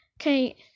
Okay